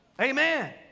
Amen